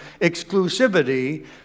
exclusivity